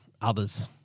others